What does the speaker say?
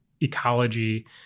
ecology